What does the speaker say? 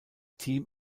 team